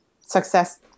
success